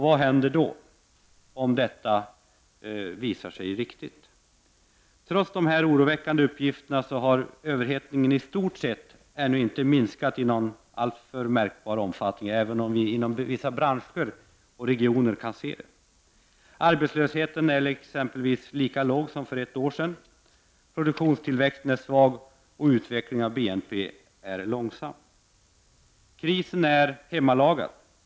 Vad händer om dessa prognoser visar sig vara riktiga? Trots dessa oroväckande uppgifter har överhettningen i stort sett ännu inte minskat i någon märkbar omfattning, även om det inom vissa branscher och regioner finns tecken på en minskning. Arbetslösheten är exempelvis lika låg som för ett år sedan. Produktivitetstillväxten är svag, och utvecklingen av BNP är långsam. Krisen är hemmalagad.